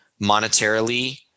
monetarily